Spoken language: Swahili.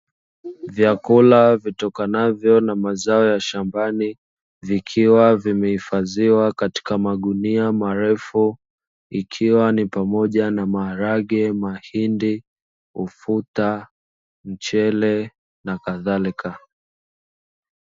Vyakula vitokanavyo na mazao ya shambani, vikiwa vimehifadhiwa katika magunia marefu ikiwa ni pamoja na maharage, mahindi, ufuta, mchele na kadhalika.